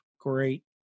great